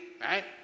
right